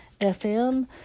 FM